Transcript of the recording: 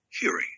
hearing